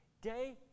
day